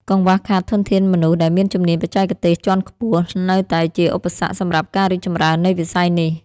កង្វះខាតធនធានមនុស្សដែលមានជំនាញបច្ចេកទេសជាន់ខ្ពស់នៅតែជាឧបសគ្គសម្រាប់ការរីកចម្រើននៃវិស័យនេះ។